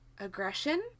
aggression